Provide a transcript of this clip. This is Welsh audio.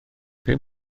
pum